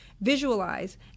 visualize